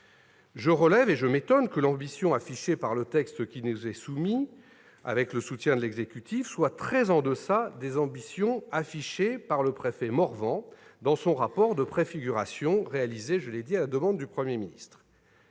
de loi. Je m'étonne que l'ambition affichée par le texte qui nous est soumis avec le soutien de l'exécutif soit très en deçà des ambitions exprimées par le préfet Morvan dans son rapport de préfiguration réalisé à la demande du Premier ministre.